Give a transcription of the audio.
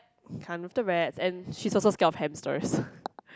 can't with the rats and she's also scared of hamsters